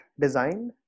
design